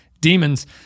Demons